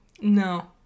no